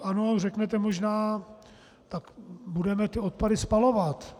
Ano, řeknete možná, budeme ty odpady spalovat.